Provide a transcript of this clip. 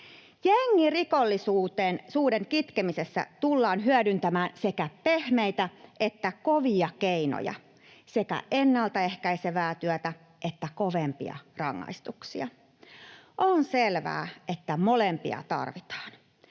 Jengirikollisuuden kitkemisessä tullaan hyödyntämään sekä pehmeitä että kovia keinoja, sekä ennaltaehkäisevää työtä että kovempia rangaistuksia. On selvää, että molempia tarvitaan.